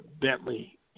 Bentley